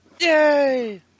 Yay